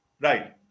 Right